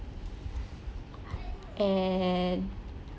and